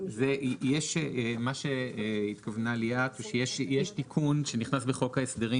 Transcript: מה שהתכוונה ליאת זה שיש תיקון שנכנס בחוק ההסדרים